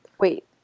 wait